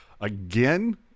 Again